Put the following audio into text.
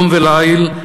יום וליל,